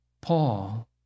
Paul